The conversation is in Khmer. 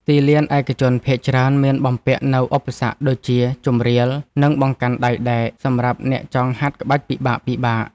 ទីលានឯកជនភាគច្រើនមានបំពាក់នូវឧបសគ្គដូចជា ជម្រាល និងបង្កាន់ដៃដែក សម្រាប់អ្នកចង់ហាត់ក្បាច់ពិបាកៗ។